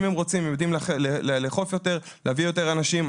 אם הם רוצים הם יודעים לאכוף יותר ולהביא יותר אנשים.